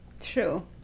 True